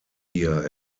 here